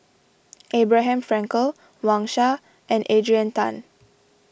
Abraham Frankel Wang Sha and Adrian Tan